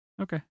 Okay